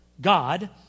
God